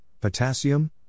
potassium